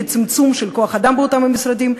לצמצום כוח-האדם באותם משרדים,